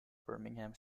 birmingham